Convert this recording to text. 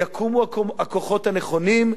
יקומו הכוחות הנכונים,